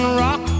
rock